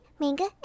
manga